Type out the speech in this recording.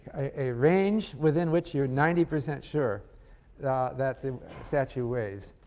a range within which you're ninety percent sure that the statue weighs,